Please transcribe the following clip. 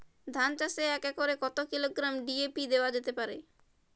ধান চাষে এক একরে কত কিলোগ্রাম ডি.এ.পি দেওয়া যেতে পারে?